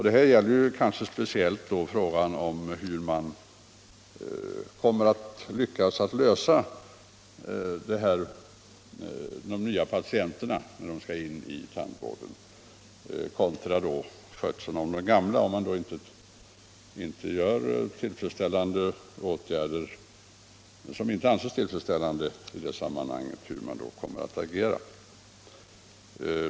Det är kanske speciellt frågan om hur man skall lyckas lösa problemet med att få in de nya patienterna i tandvården kontra skötseln av de gamla patienterna som är av intresse. Om inte åtgärder vidtas som anses tillfredsställande i det sammanhanget, vore det intressant att få veta hur regeringen då kommer att agera.